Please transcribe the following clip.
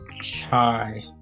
Chai